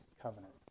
covenant